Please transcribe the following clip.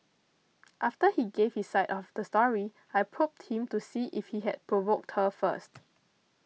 after he gave his side of the story I probed him to see if he had provoked her first